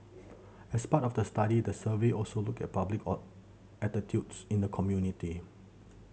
as part of the study the survey also looked at public attitudes in the community